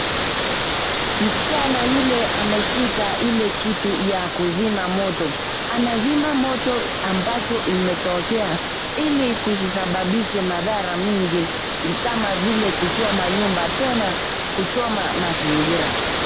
Msichana yule ameshika ile kitu ya kuzima moto. Anazima moto ambacho kimetokea ili kusitoke madhara mingi kama vile kuchoma nyumba tena kuchoma mazingira.